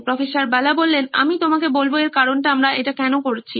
প্রফ্ বালা আমি তোমাকে বলবো এর কারণটা আমরা কেন এটা করছি